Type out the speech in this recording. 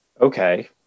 Okay